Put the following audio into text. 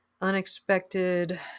unexpected